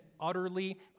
utterly